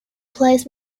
plays